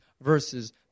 verses